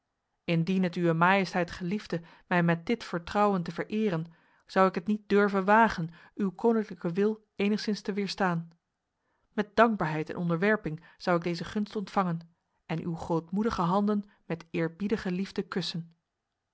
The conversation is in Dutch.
indien het uwe majesteit geliefde mij met dit vertrouwen te vereren zou ik het niet durven wagen uw koninklijke wil enigszins te weerstaan met dankbaarheid en onderwerping zou ik deze gunst ontvangen en uw grootmoedige handen met eerbiedige liefde kussen